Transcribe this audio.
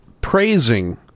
praising